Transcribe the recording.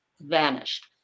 vanished